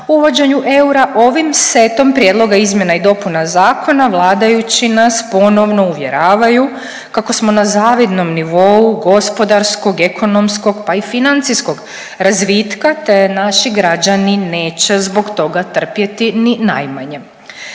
uvođenju eura ovim setom prijedloga izmjena i dopuna zakona vladajući nas ponovno uvjeravaju kako smo na zavidnom nivou gospodarskog, ekonomskog pa i financijskog razvitka te naši građani neće zbog toga trpjeti ni najmanje.